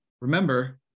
remember